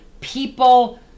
people